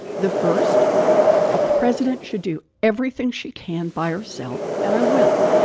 the first a president should do everything she can by herself. and i will.